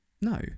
no